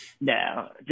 No